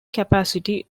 capacity